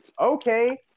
okay